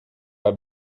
pas